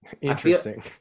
interesting